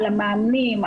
על המאמנים,